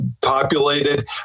populated